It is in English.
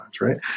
right